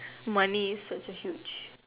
money is such a huge